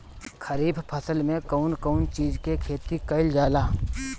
खरीफ फसल मे कउन कउन चीज के खेती कईल जाला?